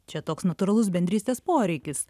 čia toks natūralus bendrystės poreikis